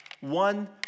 one